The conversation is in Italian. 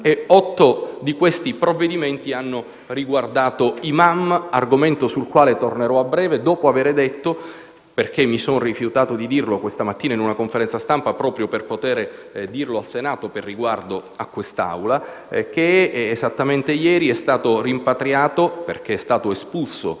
e 8 di questi provvedimenti hanno riguardato *imam*. Su questo argomento tornerò a breve, dopo aver detto - mi sono rifiutato di dirlo questa mattina in una conferenza stampa proprio per poterlo comunicare al Senato per riguardo a quest'Assemblea - che esattamente ieri è stato rimpatriato, essendo stato espulso